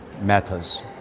matters